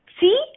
See